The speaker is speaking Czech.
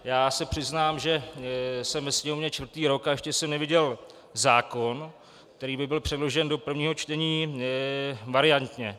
Já se přiznám, že jsem ve Sněmovně čtvrtý rok a ještě jsem neviděl zákon, který by byl předložen do prvního čtení variantně.